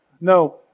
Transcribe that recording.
No